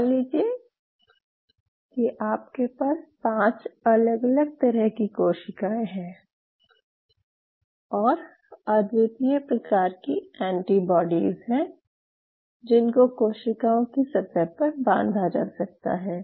मान लीजिये कि आपके पास पांच अलग अलग तरह की कोशिकाएं हैं और अद्वितीय प्रकार की एंटीबॉडीज़ हैं जिनको कोशिकाओं की सतह पर बांधा जा सकता है